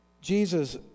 Jesus